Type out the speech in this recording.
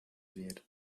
wird